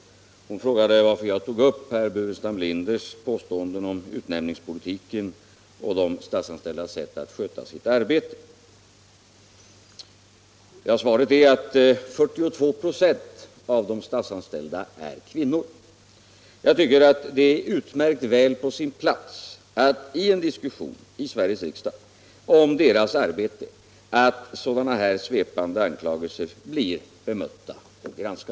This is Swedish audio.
Fru Kristensson frågade varför jag tog upp herr Burenstam Kvinnor i statlig Linders påstående om utnämningspolitiken och de statsanställdas sätt att sköta sitt arbete. Svaret är att 42 4 av de statsanställda är kvinnor. Jag tycker det är utmärkt väl på sin plats i en diskussion i Sveriges riksdag om de statsanställdas arbete att sådana här svepande anklagelser blir granskade och bemötta.